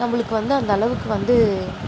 நம்மளுக்கு வந்து அந்தளவுக்கு வந்து